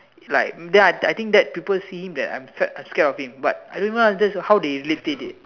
is like then I I think that people see him that I I'm scared of him but I don't know that's how they relate it